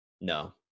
No